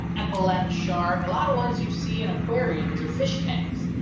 epaulette shark, a lot of ones you see in aquariums or fish tanks,